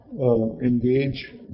engage